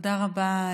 תודה רבה.